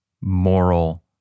moral